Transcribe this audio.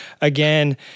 again